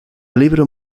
libro